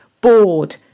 bored